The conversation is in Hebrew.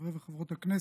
חברי וחברות הכנסת,